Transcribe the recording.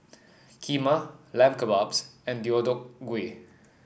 Kheema Lamb Kebabs and Deodeok Gui